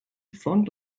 front